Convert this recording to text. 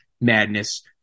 madness